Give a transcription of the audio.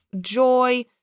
joy